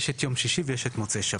יש את יום שישי ויש את מוצאי שבת.